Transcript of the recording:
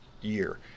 year